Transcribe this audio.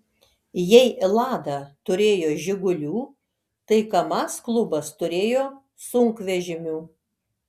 jei lada turėjo žigulių tai kamaz klubas turėjo sunkvežimių